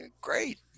great